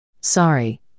Sorry